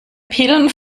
pillen